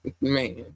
man